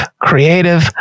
creative